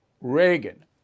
reagan